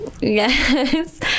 yes